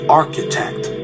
architect